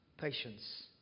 patience